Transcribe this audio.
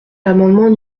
l’amendement